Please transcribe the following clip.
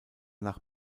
nach